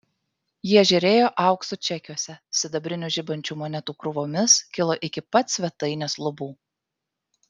jie žėrėjo auksu čekiuose sidabrinių žibančių monetų krūvomis kilo iki pat svetainės lubų